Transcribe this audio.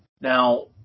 Now